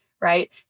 right